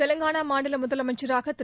தெலங்கானா மாநில முதலமைச்சராக திரு